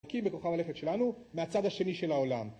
בי בכוכב הלכת שלנו מהצד השני של העולם